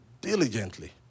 diligently